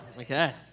okay